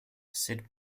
syd